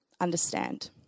understand